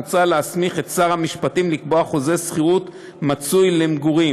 מוצע להסמיך את שר המשפטים לקבוע חוזה שכירות מצוי למגורים